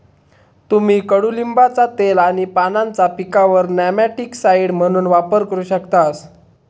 तुम्ही कडुलिंबाचा तेल आणि पानांचा पिकांवर नेमॅटिकसाइड म्हणून वापर करू शकतास